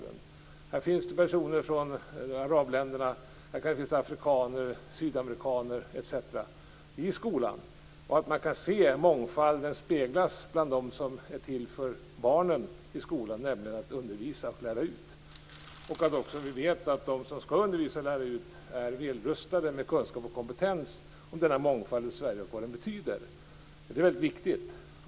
Det skall finnas personer från arabländerna, afrikaner, sydamerikaner och andra i skolan. Man skall kunna se mångfalden speglas bland dem som är till för barnen i skolan, nämligen lärarna. Vi skall också kunna veta att de som lär ut är välrustade vad gäller kunskap om mångfalden i Sverige och dess betydelse. Det är viktigt.